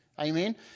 Amen